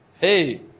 Hey